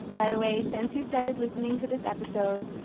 by the way, since you started listening to this episode,